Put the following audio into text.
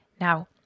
now